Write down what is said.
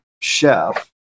chef